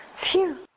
phew